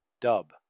Dub